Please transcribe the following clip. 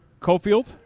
Cofield